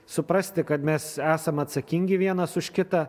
suprasti kad mes esam atsakingi vienas už kitą